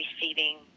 receiving